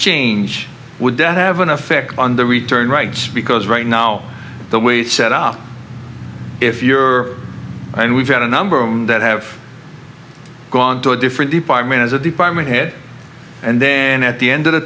change would debt have an effect on the return rights because right now the way it's set up if you're and we've had a number that have gone to a different department as a department head and then at the end of the